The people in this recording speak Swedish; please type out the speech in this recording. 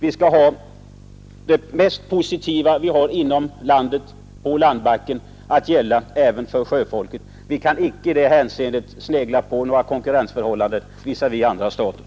Vi skall se till att det mest positiva som gäller på landbacken kommer att gälla även för sjöfolket. Vi kan icke i det hänseendet snegla på några företagsekonomiska konkurrensförhållanden visavi andra stater.